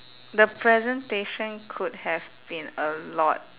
the presentation could have been a lot